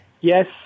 Yes